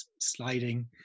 sliding